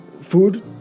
food